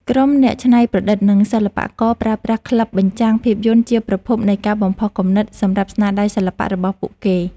ក្រុមអ្នកច្នៃប្រឌិត និងសិល្បករ ប្រើប្រាស់ក្លឹបបញ្ចាំងភាពយន្តជាប្រភពនៃការបំផុសគំនិត សម្រាប់ស្នាដៃសិល្បៈរបស់ពួកគេ។